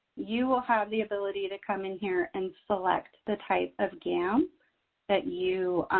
you will have the ability to come in here and select the type of gam that you